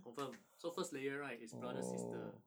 confirm so first layer right is brother sister